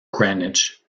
greenwich